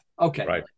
Okay